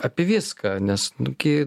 apie viską nes nu gi